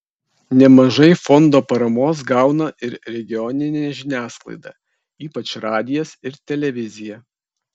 nemažai fondo paramos gauna ir regioninė žiniasklaida ypač radijas ir televizija